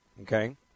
Okay